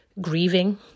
grieving